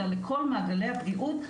אלא לכל מעגלי הפגיעות,